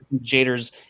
Jader's